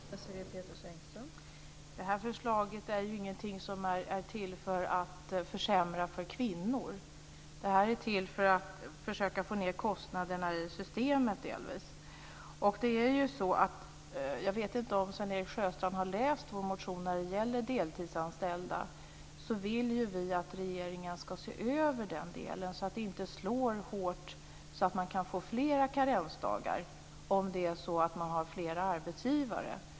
Fru talman! Det här förslaget är ju ingenting som är till för att försämra för kvinnor. Det här är delvis till för att försöka få ned kostnaderna i systemet. Jag vet inte om Sven-Erik Sjöstrand har läst vår motion, men när det gäller deltidsanställda vill ju vi att regeringen ska se över den delen så att det inte slår hårt, så att man inte kan få flera karensdagar om man har flera arbetsgivare.